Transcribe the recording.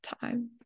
times